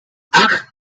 ach